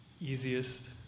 easiest